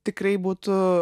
tikrai būtų